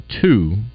two